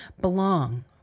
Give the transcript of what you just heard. belong